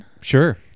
Sure